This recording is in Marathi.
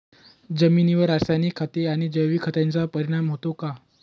जमिनीवर रासायनिक खते आणि जैविक खतांचा परिणाम होतो का?